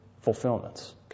fulfillments